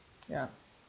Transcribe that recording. ya